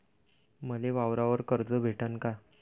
मले वावरावर कर्ज भेटन का?